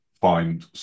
find